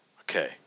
Okay